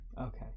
okay